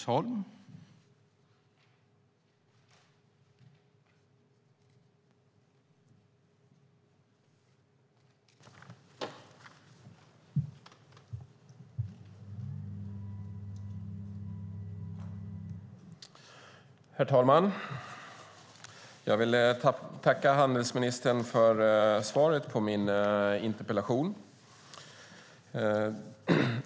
Herr talman! Jag vill tacka handelsministern för svaret på min interpellation.